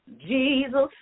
Jesus